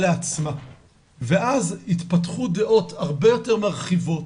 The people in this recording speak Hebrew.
לעצמה ואז התפתחו דעות הרבה יותר מרחיבות,